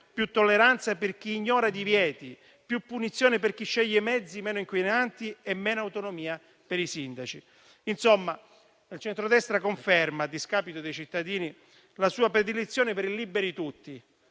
più tolleranza per chi ignora divieti, più punizione per chi sceglie mezzi meno inquinanti e meno autonomia per i sindaci. Insomma il centrodestra conferma, a discapito dei cittadini, la sua predilezione per fare liberi tutti,